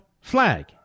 flag